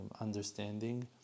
understanding